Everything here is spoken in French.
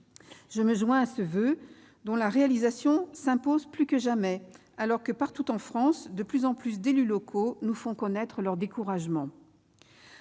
Je me joins à ce voeu, dont la réalisation s'impose plus que jamais, alors que, partout en France, de plus en plus d'élus locaux nous font connaître leur découragement.